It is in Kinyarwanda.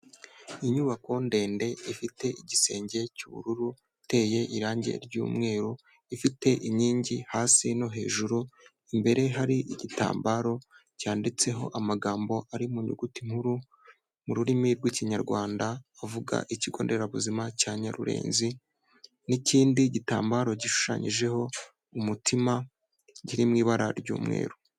Inyubako ndende ifite igisenge cy'ubururu, iteye irangi ry'umweru, ifite inkingi hasi no hejuru, imbere hari igitambaro cyanditseho amagambo, ari mu nyuguti nkuru, mu rurimi rw'ikinyarwanda, avuga ikigo nderabuzima cya Nyarurenzi n'ikindi gitambaro gishushanyijeho umutima, kiri mu ibara ry'umweru.